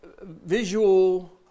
visual